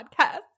podcast